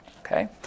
Okay